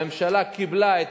הממשלה קיבלה את